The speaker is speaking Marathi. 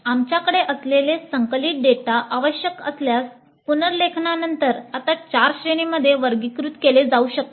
आमच्याकडे असलेले संकलित डेटा आवश्यक असल्यास पुनर्लेखनानंतर आता चार श्रेणींमध्ये वर्गीकृत केले जाऊ शकतात